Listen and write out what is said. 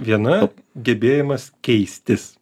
viena gebėjimas keistis